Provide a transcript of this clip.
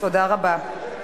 תודה רבה.